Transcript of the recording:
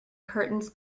curtains